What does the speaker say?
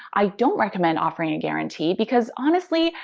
i don't recommend offering a guarantee because, honestly,